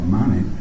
money